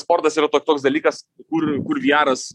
sportas yra to toks dalykas kur kur viaras